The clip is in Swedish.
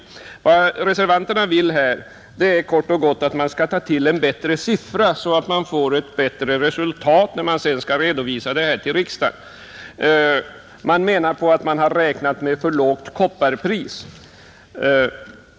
Vad reservanterna vill är kort och gott att man skall ta till en bättre siffra, så att ett bättre resultat skall kunna redovisas för riksdagen. Reservanterna anser att man har räknat med ett för lågt kopparpris.